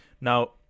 Now